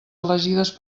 elegides